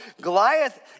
Goliath